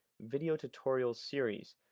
video tutorial series.